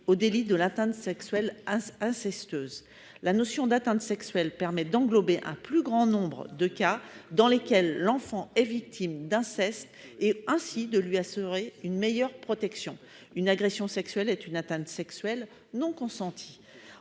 au délit d'atteinte sexuelle incestueuse. La notion d'atteinte sexuelle permet d'englober un plus grand nombre de cas dans lesquels l'enfant est victime d'inceste et de lui assurer ainsi une meilleure protection. Une agression sexuelle est une atteinte sexuelle non consentie.